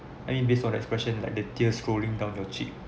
I mean based on the expression like the tears rolling down your cheek